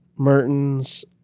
Mertens